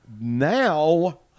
Now